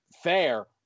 fair